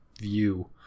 view